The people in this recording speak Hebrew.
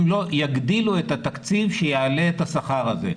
אם לא יגדילו את התקציב שיעלה את השכר הזה.